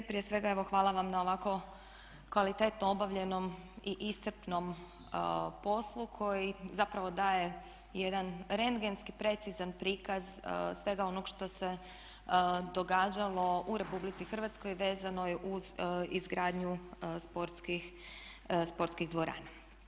Prije svega evo hvala vam na ovako kvalitetno obavljenom i iscrpnom poslu koji zapravo daje jedan rendgenski precizan prikaz svega onoga što se događalo u Republici Hrvatskoj a vezano je uz izgradnju sportskih dvorana.